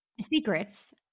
Secrets